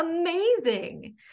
amazing